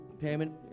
payment